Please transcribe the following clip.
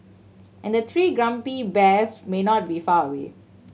and the three grumpy bears may not be far away